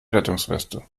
rettungsweste